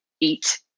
eat